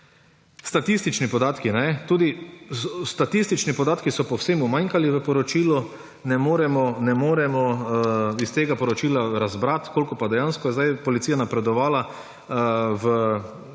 statistični podatki. Tudi statistični podatki so povsem umanjkali v poročilu, ne moremo iz tega poročila razbrati, koliko pa dejansko je zdaj policija napredovala v